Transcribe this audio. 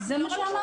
זה מה שאמרתי.